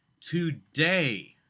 today